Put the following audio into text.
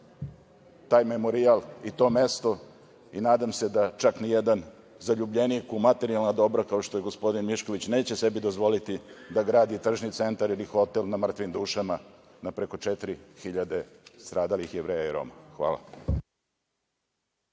taj memorijal i to mesto i nadam se da čak ni jedan zaljubljenik u materijalna dobra kao što je gospodin Mišković neće sebi dozvoliti da gradi tržni centar ili hotel na mrtvim dušama na preko 4.000 stradalih Jevreja i Roma. Hvala.